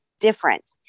different